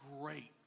great